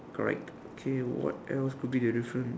correct okay what else could be the different